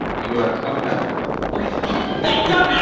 you are sometime annoying. okay that's ah not